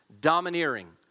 Domineering